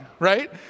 right